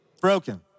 broken